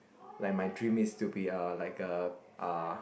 like my dream is to be a like a uh